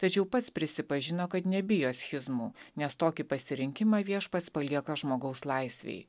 tačiau pats prisipažino kad nebijo schizmų nes tokį pasirinkimą viešpats palieka žmogaus laisvei